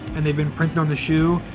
and they've been printed on the shoe,